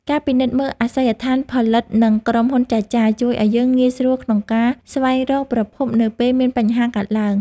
ការពិនិត្យមើលអាសយដ្ឋានផលិតនិងក្រុមហ៊ុនចែកចាយ ជួយឱ្យយើងងាយស្រួលក្នុងការស្វែងរកប្រភពនៅពេលមានបញ្ហាកើតឡើង។